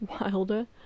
wilder